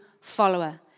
follower